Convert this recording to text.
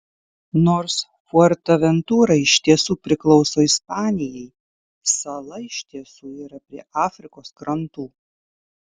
nors fuerteventura iš tiesų priklauso ispanijai sala iš tiesų yra prie afrikos krantų